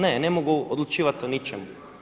Ne, ne mogu odlučivati o ničemu.